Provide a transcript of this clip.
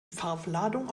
farbladung